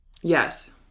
yes